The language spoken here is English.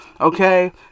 Okay